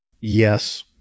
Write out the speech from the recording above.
Yes